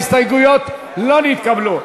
ההסתייגויות לא נתקבלו.